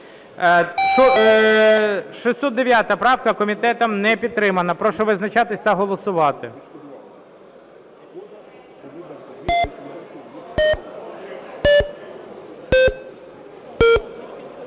609 правка. Комітетом не підтримана. Прошу визначатись та голосувати.